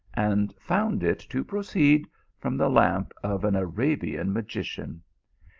and found it to proceed from the lamp of an arabian magician.